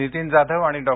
नितीन जाधव आणि डॉ